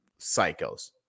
psychos